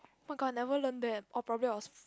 oh-my-god I never learn that or probably I was f~